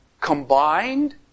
combined